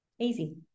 Easy